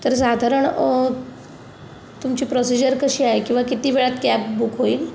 तर साधारण तुमची प्रोसिजर कशी आहे किंवा किती वेळात कॅब बुक होईल